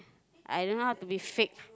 I don't know how to be fake